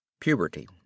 PUBERTY